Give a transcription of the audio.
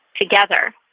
together